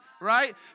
Right